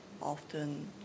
often